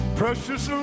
precious